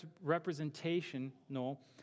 representational